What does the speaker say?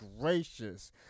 gracious